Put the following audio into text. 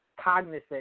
cognizant